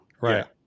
Right